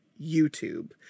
YouTube